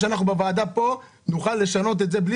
כדי שאנחנו בוועדה הזאת נוכל לשנות את זה.